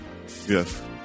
yes